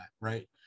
right